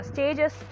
Stages